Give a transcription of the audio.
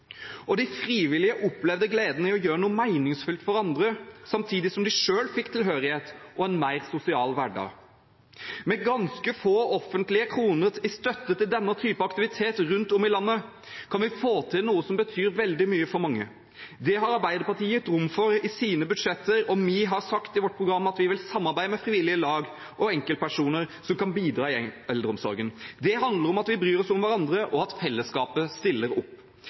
De frivillige opplevde gleden ved å gjøre noe meningsfullt for andre, samtidig som de selv fikk tilhørighet og en mer sosial hverdag. Med ganske få offentlige kroner i støtte til denne typen aktivitet rundt om i landet kan vi få til noe som betyr veldig mye for mange. Det har Arbeiderpartiet gitt rom for i sine budsjetter, og vi har sagt i vårt program at vi vil samarbeide med frivillige lag og enkeltpersoner som kan bidra i eldreomsorgen. Det handler om at vi bryr oss om hverandre, og at fellesskapet stiller opp.